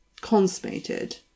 consummated